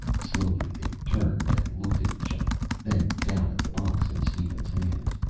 slowly, they turned and looked at each other. then down at the box in steven's hands.